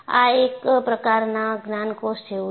આ એક પ્રકારના જ્ઞાનકોશ જેવું છે